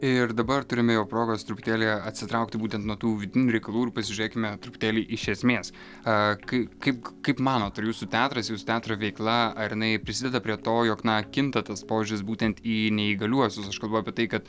ir dabar turime jau progos truputėlį atsitraukti būtent nuo tų vidinių reikalų ir pasižiūrėkime truputėlį iš esmės aa k k kaip kaip manot ar jūsų teatras jūsų teatro veikla ar jinai prisideda prie to jog na kinta tas požiūris būtent į neįgaliuosius aš kalbu apie tai kad